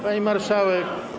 Pani Marszałek!